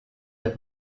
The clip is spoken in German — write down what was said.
der